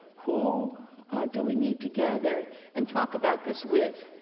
who do we need to gather and talk about this with?